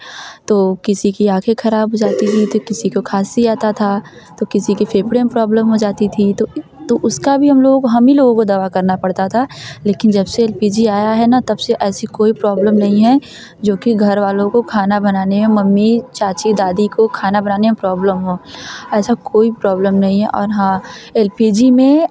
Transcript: तो किसी की आँखें खराब हो जाती है तो किसी को खाँसी आता था तो किसी की फेफड़े में प्रॉब्लम हो जाती थी तो तो उसका भी हम लोग हम ही लोगों को दवा करना पड़ता था लेकिन जब से एल पी जी आया है ना तब से ऐसी कोई प्रॉब्लम नहीं है जो कि घर वालों को खाना बनाने में मम्मी चाची दादी को खाना बनाने में प्रॉब्लम हो ऐसा कोई प्रॉब्लम नहीं है और हाँ एल पी जी में